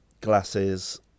glasses